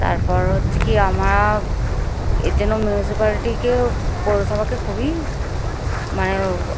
তারপর হচ্ছে কি আমরা এর জন্য মিউনিসিপ্যালিটিকে পৌরসভাকে খুবই মানে